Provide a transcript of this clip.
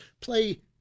Play